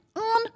on